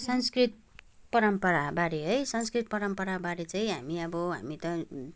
संस्कृत पराम्पराबारे है संस्कृत परम्पराबारे चाहिँ हामी अब हामी त